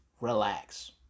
relax